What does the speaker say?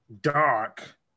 dark